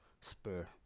Spur